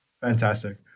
fantastic